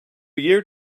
year